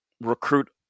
recruit